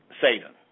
Satan